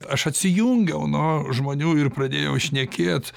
aš atsijungiau nuo žmonių ir pradėjau šnekėt